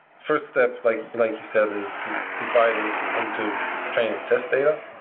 first step like like you said is to define this into training test data,